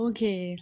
Okay